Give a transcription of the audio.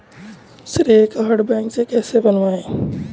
श्रेय card bank से कैसे बनवाएं?